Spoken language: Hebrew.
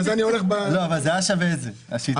אבל זה היה שווה את זה.